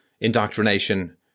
indoctrination